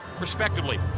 respectively